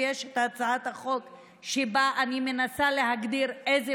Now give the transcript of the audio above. והצעת החוק שבה אני מנסה להגדיר על איזה